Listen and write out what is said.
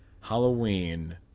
Halloween